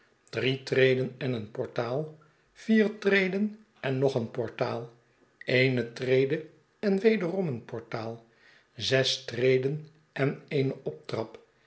drie treden en een portaal vier treden en nog een portaal eene trede en wederom een portaal zes treden en eene optrap